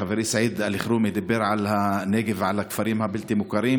חברי סעיד אלחרומי דיבר על הנגב ועל הכפרים הבלתי-מוכרים,